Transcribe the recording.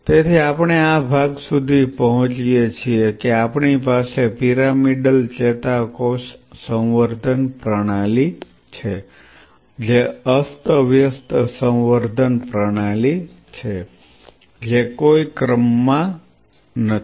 તેથી આપણે આ ભાગ સુધી પહોંચીએ છીએ કે આપણી પાસે પિરામિડલ ચેતાકોષ સંવર્ધન પ્રણાલી છે જે અસ્તવ્યસ્ત સંવર્ધન પ્રણાલી જેવી છે જે કોઈ ક્રમ માં નથી